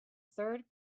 third